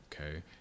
Okay